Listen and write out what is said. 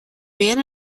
man